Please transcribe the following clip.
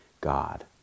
God